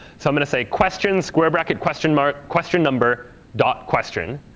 so i'm going to say, question square bracket question mark question number dot question.